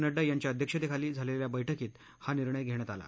नड्डा यांच्या अध्यक्षतेखाली झालेल्या बैठकीत हा निर्णय घेण्यात आला